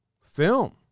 film